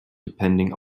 depending